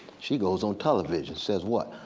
she goes on television says what?